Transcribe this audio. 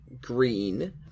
green